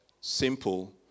Simple